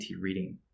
reading